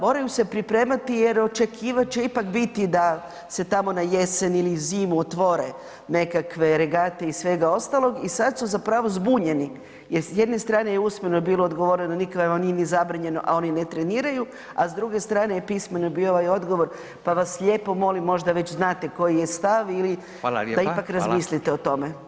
Moraju se pripremati jer očekivat će ipak biti da se tamo na jesen ili zimu otvore nekakve regate i svega ostalog i sad su zapravo zbunjeni jer s jedne strane je usmeno bilo odgovoreno nikad vam nije ni zabranjeno, a oni ne treniraju, a s druge strane je pismeno bio i odgovor, pa vas lijepo molim možda već znate koji je stav ili [[Upadica: Fala lijepa, fala]] da ipak razmislite o tome.